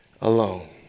alone